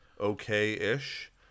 okay-ish